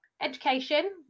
education